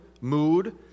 mood